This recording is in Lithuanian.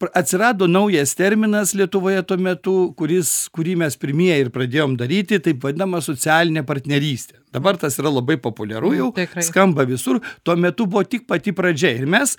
atsirado naujas terminas lietuvoje tuo metu kuris kurį mes pirmieji ir pradėjom daryti taip vadinama socialinė partnerystė dabar tas yra labai populiaru jau skamba visur tuo metu buvo tik pati pradžia ir mes